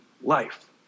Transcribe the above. life